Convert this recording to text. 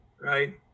right